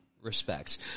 Respects